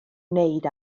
wneud